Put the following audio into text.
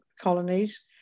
colonies